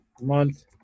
month